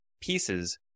pieces